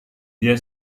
dia